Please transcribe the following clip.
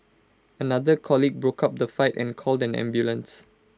another colleague broke up the fight and called an ambulance